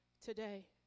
today